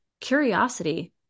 curiosity